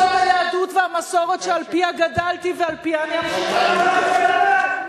זאת היהדות והמסורת שעל-פיה גדלתי ועל-פיה אני אמשיך לחנך את ילדי.